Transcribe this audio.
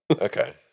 Okay